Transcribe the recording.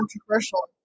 controversial